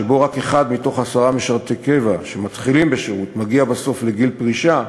שבו רק אחד מתוך עשרה משרתי קבע שמתחילים בשירות מגיע בסוף לגיל פרישה,